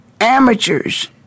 amateurs